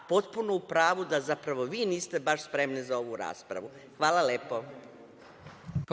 potpuno u pravu, da zapravo vi niste baš spremni za ovu raspravu. Hvala lepo.